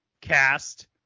cast